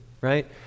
right